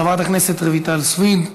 חברת הכנסת רויטל סויד,